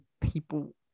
people